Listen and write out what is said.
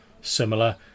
similar